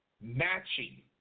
matching